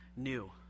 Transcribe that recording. new